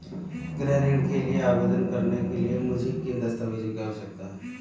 गृह ऋण के लिए आवेदन करने के लिए मुझे किन दस्तावेज़ों की आवश्यकता है?